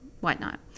whatnot